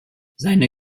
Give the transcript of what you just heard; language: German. seine